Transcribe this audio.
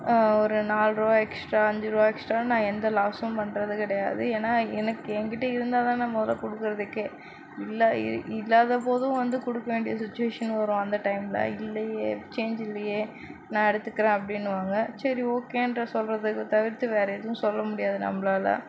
ஒரு நாலு ரூபா எக்ஸ்ட்ரா அஞ்சு ரூபா எக்ஸ்ட்ரா நான் எந்த லாஸும் பண்ணுறது கிடையாது ஏன்னால் எனக்கு என் கிட்டே இருந்தால் தானே நான் மொதல் கொடுக்கறதுக்கே இல்லாத போதும் வந்து கொடுக்க வேண்டிய சுச்வேஷன் வரும் அந்த டைமில் இல்லையே சேஞ் இல்லையே நான் எடுத்துக்கிறேன் அப்படின்னுவாங்க சரி ஓகேகிற சொல்வது தவிர்த்து வேறு எதுவும் சொல்ல முடியாது நம்மளால